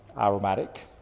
aromatic